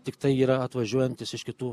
tiktai yra atvažiuojantys iš kitų